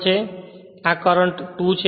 અને આ કરંટ 2 છે